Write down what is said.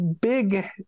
big